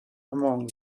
among